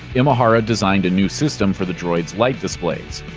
imahara designed a new system for the droid's light displays.